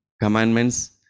commandments